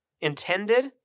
intended